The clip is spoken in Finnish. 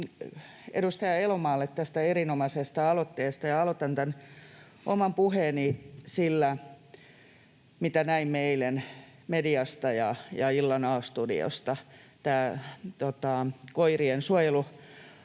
edustaja Elomaalle tästä erinomaisesta aloitteesta, ja aloitan tämän oman puheeni sillä, mitä näimme eilen mediasta ja illan A-studiosta. Nämä suojelukoiraharrastajien